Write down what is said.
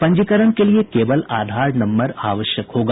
पंजीकरण के लिए केवल आधार नम्बर आवश्यक होगा